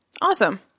awesome